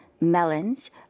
melons